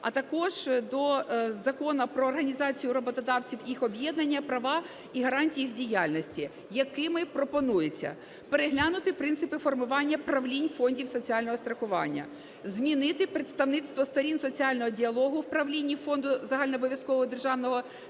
а також до Закону "Про організації роботодавців, їх об'єднання, права і гарантії їх діяльності", якими пропонується: переглянути принципи формування правлінь фондів соціального страхування, змінити представництво сторін соціального діалогу в правлінні Фонду загальнообов'язкового державного соціального